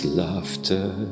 laughter